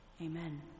Amen